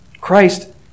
Christ